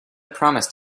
promised